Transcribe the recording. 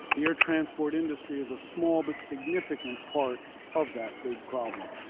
the air transport industry is a small but significant part of that big problem.